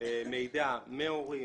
מידע מהורים,